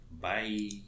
Bye